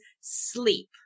sleep